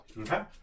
Okay